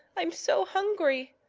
i am so hungry,